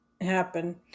happen